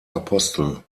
apostel